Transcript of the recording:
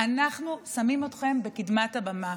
אנחנו שמים אתכם בקדמת הבמה,